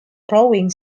rowing